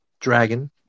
dragon